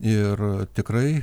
ir tikrai